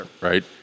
right